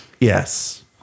Yes